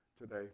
today